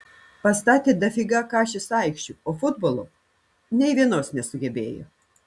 pastatė dafiga kašės aikščių o futbolo nei vienos nesugebėjo